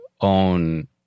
own